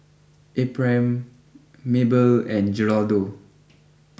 Ephraim Maybelle and Geraldo